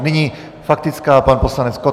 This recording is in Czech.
Nyní faktická, pan poslanec Koten.